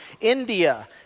India